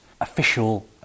official